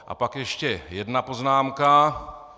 A pak ještě jedna poznámka.